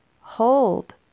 hold